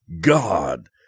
God